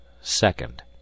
second